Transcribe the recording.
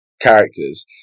characters